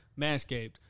Manscaped